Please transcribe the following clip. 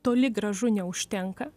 toli gražu neužtenka